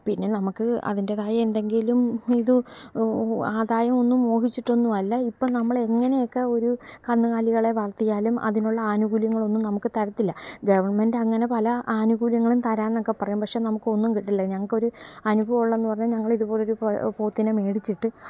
പിന്നെ നമുക്ക് അതിന്റെതായ എന്തെങ്കിലും ഇത് ആദായമൊന്നും മോഹിച്ചിട്ടൊന്നും അല്ല ഇപ്പം നമ്മൾ എങ്ങനെയൊക്കെ ഒരു കന്നുകാലികളെ വളർത്തിയാലും അതിനുള്ള ആനുകൂല്യങ്ങളൊന്നും നമുക്ക് തരത്തില്ല ഗെവൺമെന്റ് അങ്ങനെ പല ആനുകൂല്യങ്ങളും തരാം എന്നൊക്കെ പറയും പക്ഷെ നമുക്കൊന്നും കിട്ടില്ല ഞങ്ങൾക്കൊരു അനുഭവം ഉള്ളതെന്ന് പറഞ്ഞാൽ ഞങ്ങളിതുപോലെ ഒരു പോത്തിനെ മേടിച്ചിട്ട്